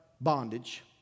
bondage